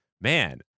man